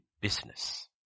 business